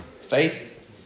faith